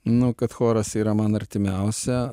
nu kad choras yra man artimiausia